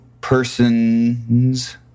persons